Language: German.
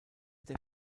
der